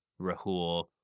Rahul